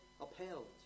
upheld